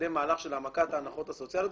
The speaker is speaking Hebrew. לקדם מהלך של העמקת ההנחות הסוציאליות,